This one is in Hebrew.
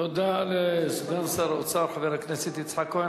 תודה לסגן שר האוצר חבר הכנסת יצחק כהן.